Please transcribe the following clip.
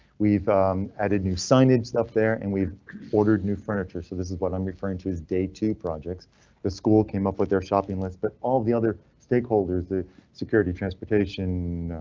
we've added new signage stuff there and we've ordered new furniture. so this is what i'm referring to is day two projects the school came up with their shopping list, but all the other stakeholders, the security, transportation,